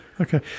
Okay